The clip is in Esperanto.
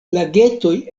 lagetoj